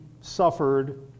suffered